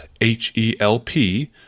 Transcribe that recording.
H-E-L-P